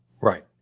Right